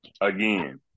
again